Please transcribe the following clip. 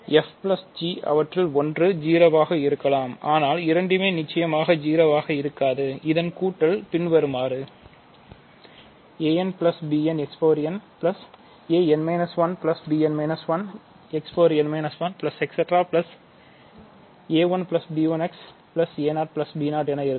fg அவற்றில் ஓன்று 0 ஆக இருக்கலாம் ஆனால் இரண்டுமே நிச்சயமாக 0 ஆக இருக்காது இதன் கூட்டல் பின்வருமாறு என இருக்கும்